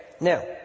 Now